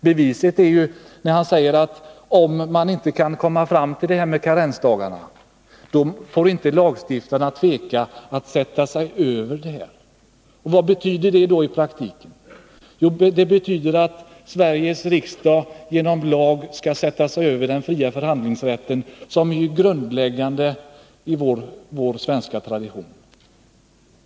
Han sade nämligen — och det är beviset — att om man inte kommer fram till det här med karensdagarna, då får inte lagstiftarna tveka. Vad betyder det i praktiken? Jo, att Sveriges riksdag genom lag skulle sätta sig över den fria förhandlingsrätten, som är så grundläggande i vår svenska tradition.